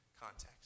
context